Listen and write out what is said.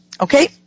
Okay